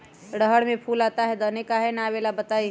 रहर मे फूल आता हैं दने काहे न आबेले बताई?